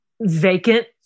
vacant